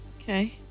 Okay